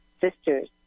sisters